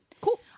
Cool